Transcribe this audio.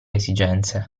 esigenze